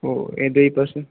ഓത് പഴസൻ